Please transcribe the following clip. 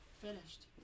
finished